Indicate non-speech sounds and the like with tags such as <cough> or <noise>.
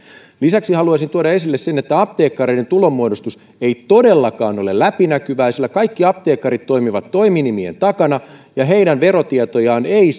lisäksi haluaisin tuoda esille sen että apteekkareiden tulonmuodostus ei todellakaan ole läpinäkyvää sillä kaikki apteekkarit toimivat toiminimien takana ja heidän verotietojaan ei <unintelligible>